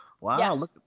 Wow